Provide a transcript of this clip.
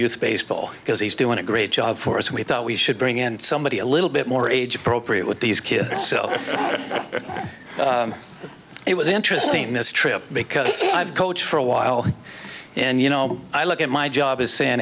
use baseball because he's doing a great job for us and we thought we should bring in somebody a little bit more age appropriate with these kids so it was interesting this trip because i've coached for a while and you know i look at my job as saying